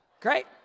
great